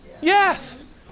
Yes